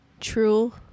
True